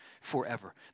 forever